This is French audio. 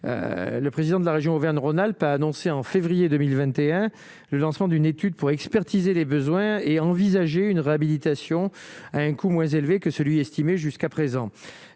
le président de la région Auvergne Auvergne-Rhône-Alpes a annoncé en février 2021, le lancement d'une étude pour expertiser les besoins et envisager une réhabilitation à un coût moins élevé que celui estimé jusqu'à présent,